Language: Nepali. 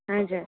हजुर